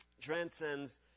transcends